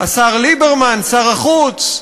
השר ליברמן, שר החוץ,